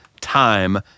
time